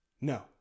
No